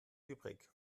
übrig